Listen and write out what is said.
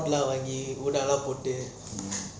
உள்ள வாங்கி கூடலாம் போடு:ulla vangi koodalam potu